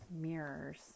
mirrors